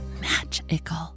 magical